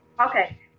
Okay